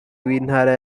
w’intara